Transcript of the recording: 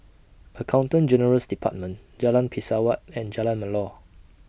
Accountant General's department Jalan Pesawat and Jalan Melor